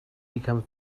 become